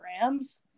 Rams